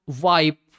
wipe